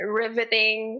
riveting